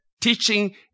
teaching